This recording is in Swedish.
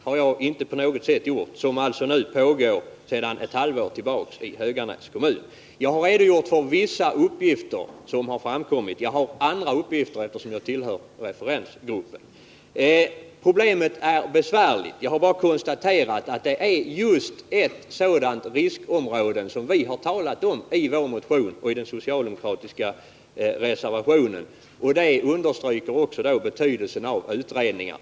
Det är ett projekt som sedan något halvår tillbaka pågår i Höganäs kommun. Jag har redogjort för vissa uppgifter som har framkommit, men jag har också tillgång till andra uppgifter eftersom jag tillhör referensgruppen. Problemet är besvärligt. Jag kan konstatera att det är just ett riskområde som vi talar om i vår motion och i den socialdemokratiska reservationen. Det understryker betydelsen av utredningar.